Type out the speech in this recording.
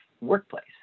workplace